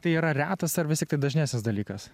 tai yra retas ar vis tiktai dažnesnis dalykas